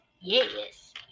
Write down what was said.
Yes